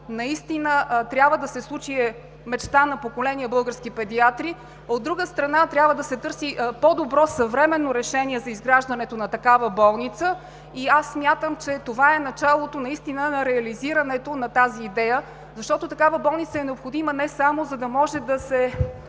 наистина трябва да се случи и е мечта на поколения български педиатри. От друга страна, трябва да се търси по-добро съвременно решение за изграждането на такава болница. Аз смятам, че това е началото на реализирането на тази идея, защото такава болница е необходима не само, за да може да се